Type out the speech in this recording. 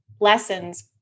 lessons